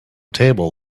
table